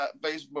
Facebook